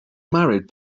married